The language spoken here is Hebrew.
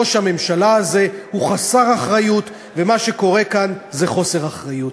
ראש הממשלה הזה הוא חסר אחריות ומה שקורה כאן זה חוסר אחריות.